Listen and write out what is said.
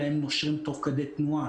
אלא הם נושרים תוך כדי תנועה.